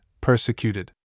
persecuted